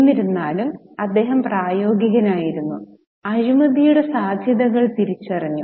എന്നിരുന്നാലും അദ്ദേഹം പ്രായോഗികനായിരുന്നു അഴിമതിയുടെ സാധ്യതകൾ തിരിച്ചറിഞ്ഞു